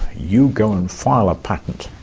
you go and file a patent.